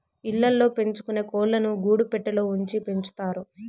ఇళ్ళ ల్లో పెంచుకొనే కోళ్ళను గూడు పెట్టలో ఉంచి పెంచుతారు